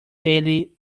daily